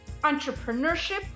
entrepreneurship